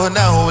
now